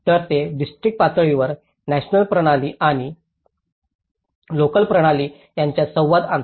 तर ते डिस्ट्रिक्ट पातळीवर नॅशनल प्रणाली आणि लोकल प्रणाली यांच्यात संवाद आणते